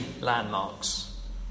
landmarks